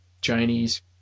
Chinese